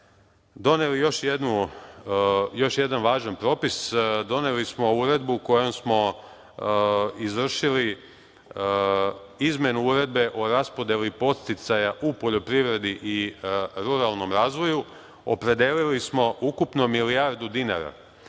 doneli još jedan važan propis, doneli su Uredbu kojom smo izvršili izmenu Uredbe o raspodeli podsticaja u poljoprivredi i ruralnom razvoju. Opredelili smo ukupno milijardu dinara